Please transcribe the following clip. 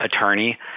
attorney